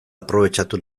aprobetxatu